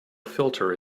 filter